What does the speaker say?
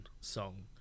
song